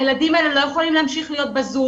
הילדים האלה לא יכולים להמשיך להיות בזום,